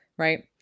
right